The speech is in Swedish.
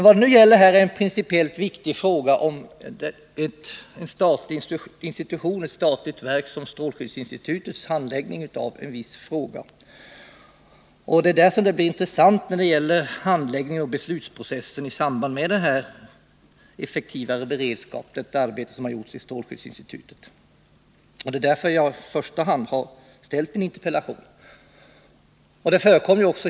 Vad det nu gäller är en principiellt viktig fråga om ett statligt instituts — strålskyddsinstitutets — handläggning av ett visst ärende. Därför blir det intressant hur handläggningen och beslutsprocessen har gått till i samband med det arbete som har gjorts på strålskyddsinstitutet i frågan om effektivare beredskap. Det är också i första hand därför som jag har framställt min interpellation.